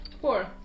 Four